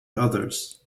others